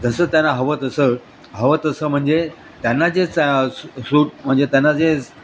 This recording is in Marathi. जसं त्यांना हवं तसं हव तसं म्हणजे त्यांना जे चा सूट म्हणजे त्यांना जे